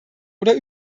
oder